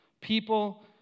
People